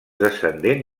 descendent